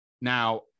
Now